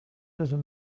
doesn’t